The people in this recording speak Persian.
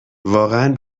واقعا